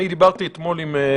אני דיברתי אתמול על זה,